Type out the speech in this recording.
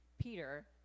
Peter